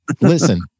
Listen